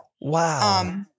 Wow